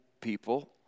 people